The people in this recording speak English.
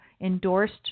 endorsed